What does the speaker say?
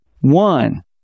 One